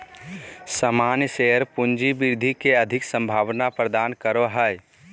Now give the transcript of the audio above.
सामान्य शेयर पूँजी वृद्धि के अधिक संभावना प्रदान करो हय